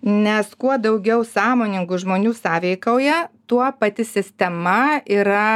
nes kuo daugiau sąmoningų žmonių sąveikauja tuo pati sistema yra